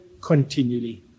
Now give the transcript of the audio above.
continually